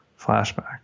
flashback